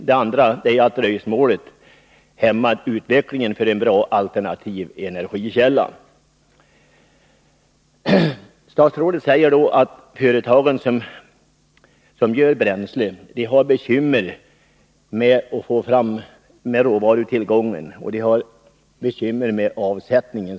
Den andra är att dröjsmålet hämmar utvecklingen för en bra alternativ energikälla. Statsrådet säger att företagen som gör bränsle har bekymmer med råvarutillgången och samtidigt har bekymmer med avsättningen.